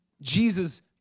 Jesus